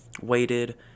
weighted